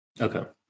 Okay